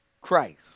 christ